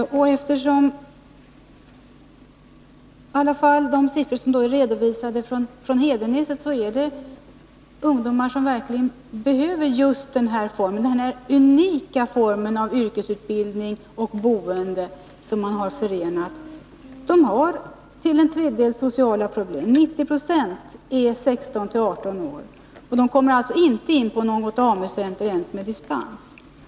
Enligt de siffror som har redovisats från Hedenäset gäller det just ungdomar som behöver den här unika formen av yrkesutbildning och boende förenade. Dessa ungdomar har till en tredjedel sociala problem, och 90 96 av eleverna är 16-18 år — och de kommer alltså inte in på något AMU-center ens med dispens.